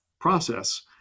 process